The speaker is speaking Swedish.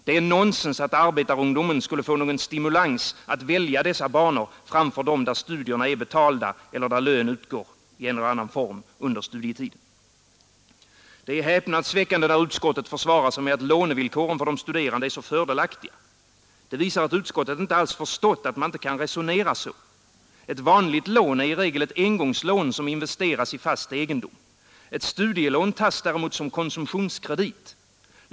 Det är nonsens att arbetarungdomen skulle få någon stimulans att välja dessa banor framför de där studierna är betalda eller där lön utgår i en eller annan form under studietiden. Det är häpnadsväckande när utskottet försvarar sig med att lånevillkoren för de studerande är så fördelaktiga. Det visar att utskottet inte alls förstått att man inte kan resonera så. Ett vanligt lån är i regel ett engångslån som investeras i fast egendom. Ett studielån tas däremot som konsumtionskredit.